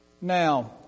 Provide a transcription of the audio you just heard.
Now